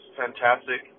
fantastic